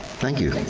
thank you,